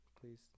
Please